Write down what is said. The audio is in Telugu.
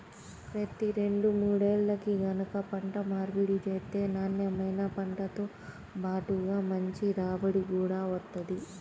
ప్రతి రెండు మూడేల్లకి గనక పంట మార్పిడి చేత్తే నాన్నెమైన పంటతో బాటుగా మంచి రాబడి గూడా వత్తది